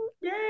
Yay